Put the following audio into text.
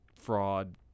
fraud